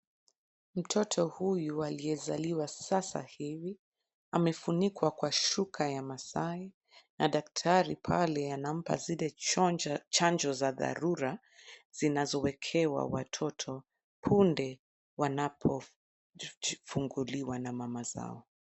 Mtoto huyu aliyezaliwa sasa hivi. amefunikwa kwa shuka ya Maasai, na daktari pale anampa zile chanjo za dharura, zinazowekewa watoto punde wanapofunguliwa na mama zao.